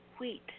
wheat